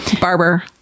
Barber